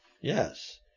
Yes